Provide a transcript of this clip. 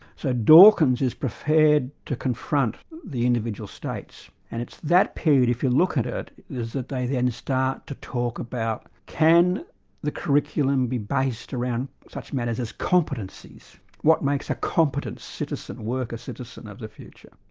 so dawkins is prepared to confront the individual states, and it's that period, if you look at it, is that they then start to talk about can the curriculum be based around such matters as competencies what makes a competent citizen, worker-citizen of the future?